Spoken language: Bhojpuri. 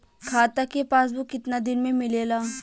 खाता के पासबुक कितना दिन में मिलेला?